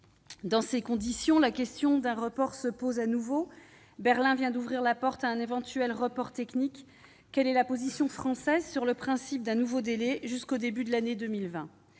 Dans ces conditions, la question d'un report se pose à nouveau. Berlin vient d'ouvrir la porte à un éventuel report technique. Quelle est la position française sur le principe d'un nouveau délai jusqu'au début de l'année 2020 ?